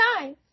nice